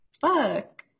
fuck